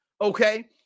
Okay